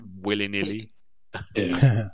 willy-nilly